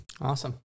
Awesome